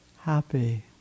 happy